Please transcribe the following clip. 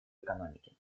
экономике